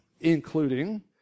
including